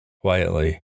quietly